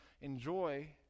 enjoy